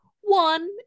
one